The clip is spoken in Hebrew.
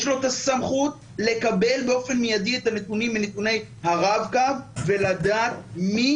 יש לו הסמכות לקבל באופן מיידי את הנתונים מנתוני הרב-קו ולדעת מי